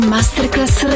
Masterclass